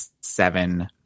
seven